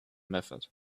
method